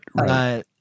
Right